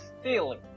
stealing